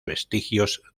vestigios